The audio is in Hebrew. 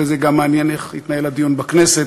וזה גם מעניין איך התנהל הדיון בכנסת,